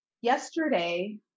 yesterday